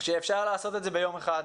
שאפשר לעשות את זה ביום אחד,